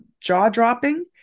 jaw-dropping